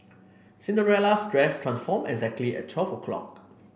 Cinderella's dress transformed exactly at twelve o'clock